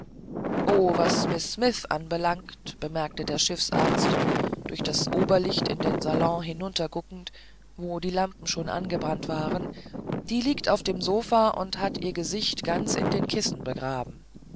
o was miß smith anbelangt bemerkte der schiffsarzt durch das oberlicht in den salon hinunterguckend wo die lampen schon angebrannt waren die liegt auf dem sofa und hat ihr gesicht ganz in den kissen begraben